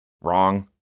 Wrong